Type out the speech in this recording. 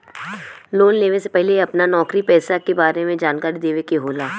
Loan लेवे से पहिले अपना नौकरी पेसा के बारे मे जानकारी देवे के होला?